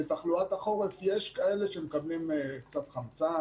בתחלואת החורף יש כאלה שמקבלים קצת חמצן,